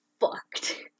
fucked